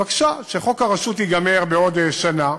בבקשה, כשחוק הרשות ייגמר בעוד שנה,